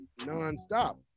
nonstop